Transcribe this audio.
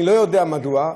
אני לא יודע מדוע,